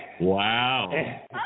Wow